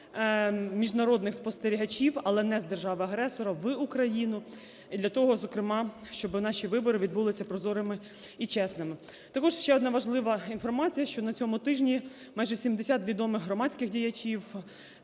міжнародних спостерігачів, але не з держави-агресора, в Україну для того, зокрема, щоб наші вибори відбулися прозорими і чесними. Також ще одна важлива інформація, що на цьому тижні майже 70 відомих громадських діячів,